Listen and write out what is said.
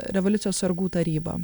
revoliucijos sargų taryba